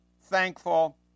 thankful